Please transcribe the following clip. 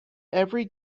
every